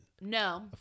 No